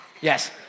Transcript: Yes